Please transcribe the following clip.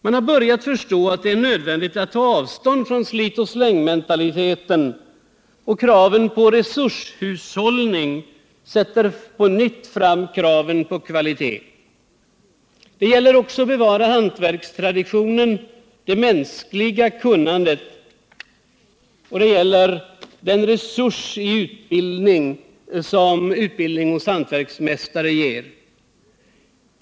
Man har börjat förstå att det är nödvändigt att ta avstånd från slit-och-släng-mentaliteten, och kraven på resurshushållning för på nytt fram kraven på kvalitet. Det gäller också att bevara hantverkstraditionen, det mänskliga kunnandet, och det gäller den resurs som utbildning hos hantverksmästare ger.